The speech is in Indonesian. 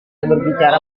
berbicara